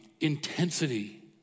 intensity